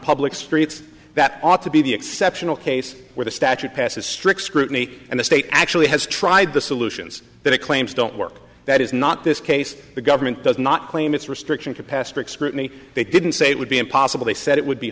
public streets that ought to be the exceptional case where the statute passes strict scrutiny and the state actually has tried the solutions that it claims don't work that is not this case the government does not claim its restriction capacity excrete me they didn't say it would be impossible they said it would be